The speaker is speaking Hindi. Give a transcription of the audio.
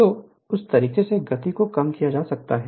तो उस तरीके से गति को कम किया जा सकता है